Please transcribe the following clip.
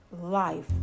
life